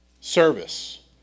service